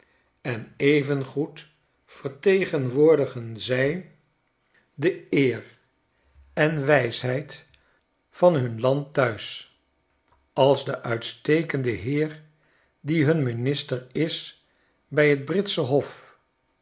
en evengoed vertegenwoordigen zij de washington eer en wijsheid van hun land thuis als de uitstekende heer die hun minister is bij t britsche hof